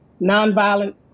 nonviolent